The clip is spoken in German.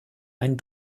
einen